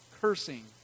cursing